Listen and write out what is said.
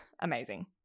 amazing